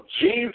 Jesus